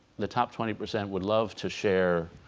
the top twenty percent would love to share,